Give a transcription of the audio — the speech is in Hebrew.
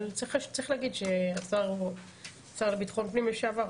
אבל צריך להגיד שהשר לביטחון פנים לשעבר,